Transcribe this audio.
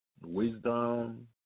wisdom